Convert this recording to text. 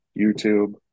youtube